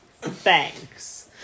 Thanks